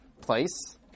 place